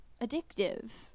addictive